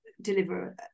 deliver